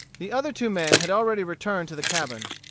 the other two men had already returned to the cabin.